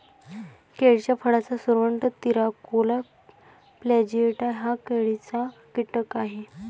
केळीच्या फळाचा सुरवंट, तिराकोला प्लॅजिएटा हा केळीचा कीटक आहे